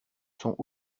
sont